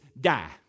die